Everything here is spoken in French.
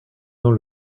dans